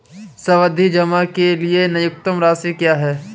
सावधि जमा के लिए न्यूनतम राशि क्या है?